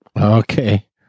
Okay